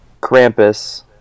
Krampus